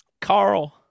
Carl